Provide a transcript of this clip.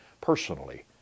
personally